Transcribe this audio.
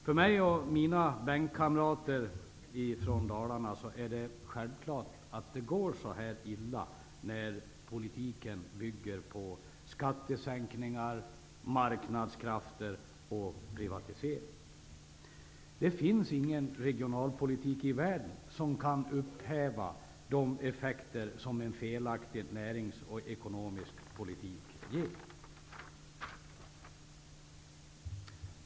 För mig och mina bänkkamrater från Dalarna är det självklart att det går så här illa när politiken bygger på skattesänkningar, marknadskrafter och privatisering. Det finns ingen regionalpolitik i världen som kan upphäva de effekter som en felaktig näringspolitik och ekonomisk politik ger.